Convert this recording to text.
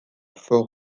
fort